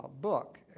book